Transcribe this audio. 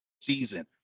season